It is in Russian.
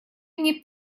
мне